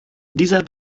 dieser